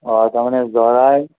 অঁ তাৰমানে যোৰাই